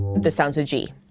this sounds a g.